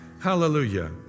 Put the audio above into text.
Hallelujah